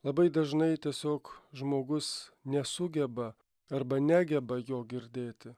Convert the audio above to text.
labai dažnai tiesiog žmogus nesugeba arba negeba jo girdėti